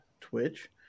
Twitch